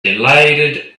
delighted